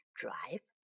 drive